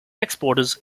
exporters